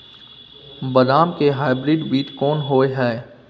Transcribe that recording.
बदाम के हाइब्रिड बीज कोन होय है?